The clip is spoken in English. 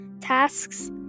tasks